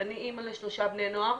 אני אמא לשלושה בני נוער,